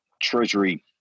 treasury